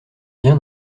bien